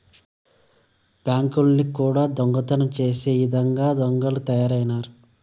బ్యాంకుల్ని కూడా దొంగతనం చేసే ఇదంగా దొంగలు తయారైనారు